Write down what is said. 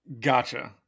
Gotcha